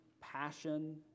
passion